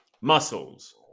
muscles